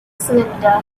cylinder